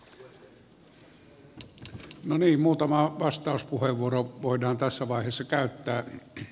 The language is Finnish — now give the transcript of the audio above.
no niin muutama vastauspuheenvuoro voidaan tässä vaiheessa käyttää